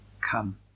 Come